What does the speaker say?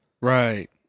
Right